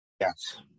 Yes